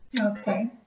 Okay